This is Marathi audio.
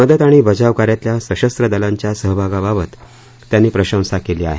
मदत आणि बचाव कार्यातल्या सशस्त्र दलांच्या सहभागाबाबत त्यांनी प्रशंसा केली आहे